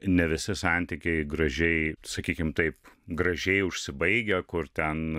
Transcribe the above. ne visi santykiai gražiai sakykim taip gražiai užsibaigia kur ten